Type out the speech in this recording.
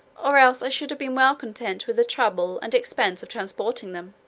or else i should have been well content with the trouble and expense of transporting them.